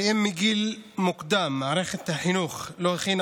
הרי אם מגיל מוקדם מערכת החינוך לא הכינה